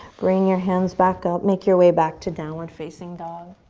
bring your hands back up, make your way back to downward facing dog.